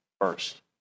first